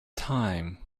time